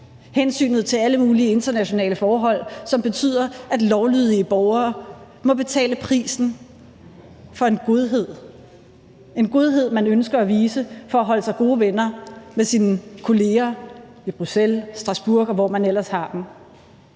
hensynet til alle mulige internationale forhold, som betyder, at lovlydige borgere må betale prisen for en godhed – en godhed, som man ønsker at vise for at holde sig gode venner med sine kolleger i Bruxelles, i Strasbourg, og hvor man ellers har dem.